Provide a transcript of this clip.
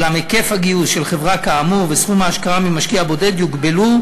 אולם היקף הגיוס של חברה כאמור וסכום ההשקעה ממשקיע בודד יוגבלו